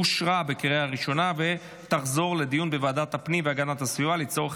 לוועדת הפנים והגנת הסביבה נתקבלה.